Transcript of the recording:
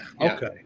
Okay